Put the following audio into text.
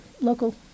local